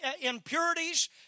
impurities